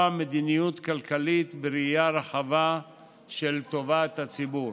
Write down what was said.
מדיניות כלכלית בראייה רחבה של טובת הציבור,